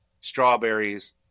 strawberries